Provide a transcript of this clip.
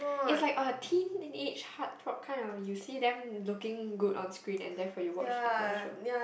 it's like a teenage heartthrob kind of you see them looking good on screen and therefore you watch that kind of show